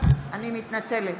אני מתנצלת.